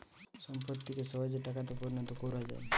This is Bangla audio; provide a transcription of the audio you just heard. সম্পত্তিকে সহজে টাকাতে পরিণত কোরা যায়